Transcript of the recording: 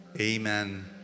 amen